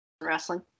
wrestling